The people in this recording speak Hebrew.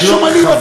יש שומנים,